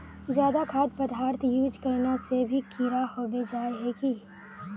ज्यादा खाद पदार्थ यूज करना से भी कीड़ा होबे जाए है की?